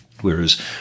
Whereas